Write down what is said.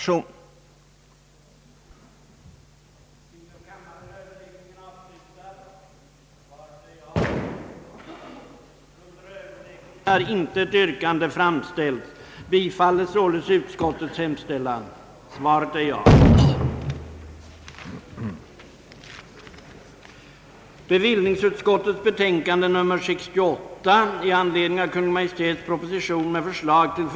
I propositionen hade bland annat föreslagits, att det i djurskyddslagen skulle införas en bestämmelse, som gåve länsstyrelse möjlighet att i vissa fall förbjuda den som vanvårdade djur att för viss tid eller tills vidare handhava djur.